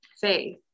faith